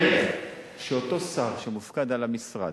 ברגע שאותו שר שמופקד על המשרד,